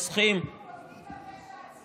רק בטיפול בסימפטומים אלא גם במניעת הסרטן